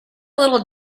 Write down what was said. little